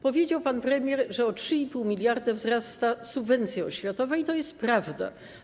Powiedział pan premier, że o 3,5 mld wzrasta subwencja oświatowa, i to jest prawda.